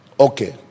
okay